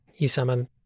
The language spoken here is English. isama